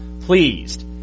pleased